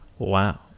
Wow